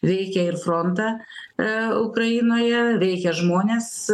veikia ir frontą ukrainoje veikia žmones